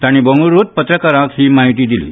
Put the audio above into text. तांणी बंगळुरूंत पत्रकारांक ही माहिती दिली